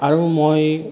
আৰু মই